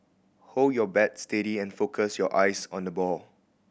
hold your bat steady and focus your eyes on the ball